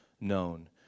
known